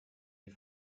die